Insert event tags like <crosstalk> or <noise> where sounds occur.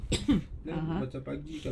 <noise> (uh huh) <breath>